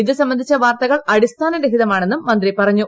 ഇത് സംബന്ധിച്ച വാർത്തകൾ അടിസ്ഥാനരഹിതമാണെന്നും മന്ത്രി പറഞ്ഞു